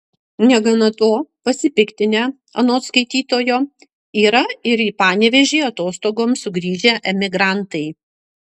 negana to pasipiktinę anot skaitytojo yra ir į panevėžį atostogoms sugrįžę emigrantai